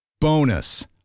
Bonus